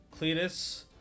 Cletus